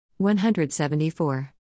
174